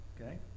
Okay